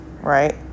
right